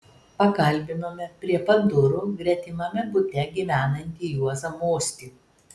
pakalbinome prie pat durų gretimame bute gyvenantį juozą mostį